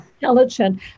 intelligent